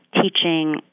teaching